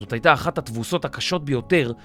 זאת הייתה אחת התבוסות הקשות ביותר